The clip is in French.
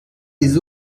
des